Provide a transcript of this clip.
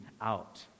out